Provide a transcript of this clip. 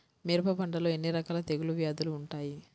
మిరప పంటలో ఎన్ని రకాల తెగులు వ్యాధులు వుంటాయి?